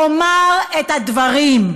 תאמר את הדברים.